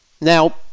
Now